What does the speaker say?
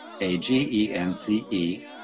A-G-E-N-C-E